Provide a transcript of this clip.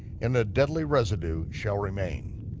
and a deadly residue shall remain.